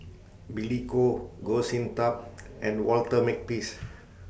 Billy Koh Goh Sin Tub and Walter Makepeace